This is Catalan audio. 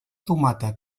tomata